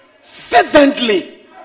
Fervently